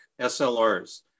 SLRs